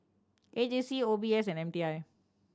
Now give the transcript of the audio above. A J C O B S and M T I